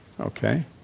Okay